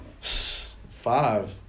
Five